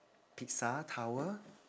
pisa tower